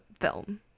film